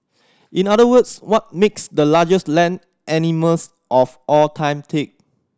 in other words what makes the largest land animals of all time tick